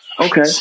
Okay